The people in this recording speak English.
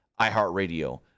iHeartRadio